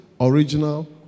original